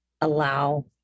allow